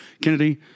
Kennedy